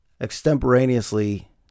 extemporaneously